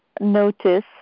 notice